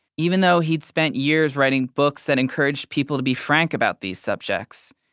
even though he'd spent years writing books that encouraged people to be frank about these subjects,